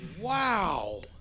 wow